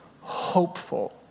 hopeful